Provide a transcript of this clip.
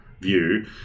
view